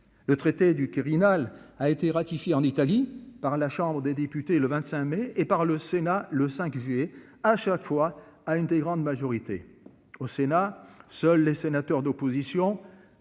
le traité du Quirinal a été ratifiée en Italie. Par la Chambre des députés, le 25 mai et par le Sénat le 5 juillet à chaque fois à une très grande majorité au Sénat, seuls les sénateurs d'opposition.